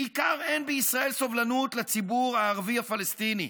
בעיקר אין בישראל סובלנות לציבור הערבי הפלסטיני,